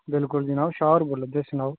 बिलकुल जनाब शाह् होर बोला दे सनाओ